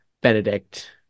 Benedict